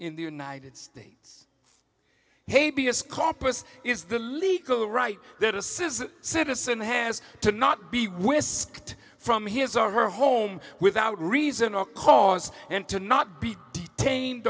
in the united states hey b s compas is the legal right that a says a citizen has to not be whisked from his or her home without reason or cause and to not be detained